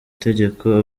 tegeko